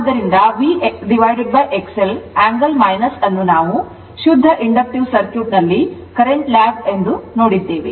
ಆದ್ದರಿಂದ VXL angle ಅನ್ನು ನಾವು ಶುದ್ಧ ಇಂಡಕ್ಟಿವ್ ಸರ್ಕ್ಯೂಟ್ ನಲ್ಲಿ current lag ಎಂದು ನೋಡಿದ್ದೇವೆ